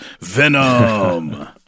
Venom